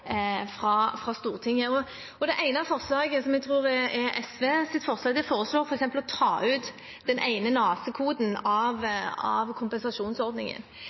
fra Stortinget. Det ene, som jeg tror er SVs forslag, foreslår f.eks. å ta ut den ene NACE-koden av kompensasjonsordningen.